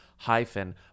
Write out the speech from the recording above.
hyphen